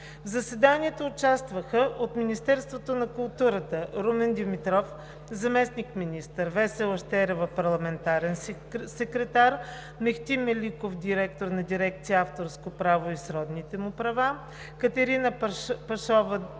В заседанието участваха от Министерство на културата: Румен Димитров – заместник-министър, Весела Щерева – парламентарен секретар, Мехти Меликов – директор на дирекция „Авторско право и сродните му права“, Катерина Пашова –